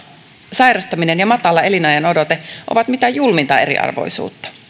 sairastaminen ja matala elinajanodote ovat mitä julminta eriarvoisuutta